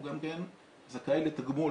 הוא גם זכאי כן זכאי לתגמול.